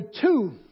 two